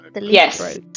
Yes